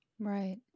Right